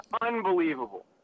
unbelievable